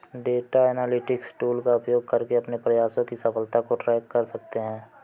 data analytics tool का उपयोग करके अपने प्रयासों की सफलता को ट्रैक कर सकते है